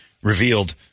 Revealed